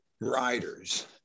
riders